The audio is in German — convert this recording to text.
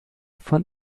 von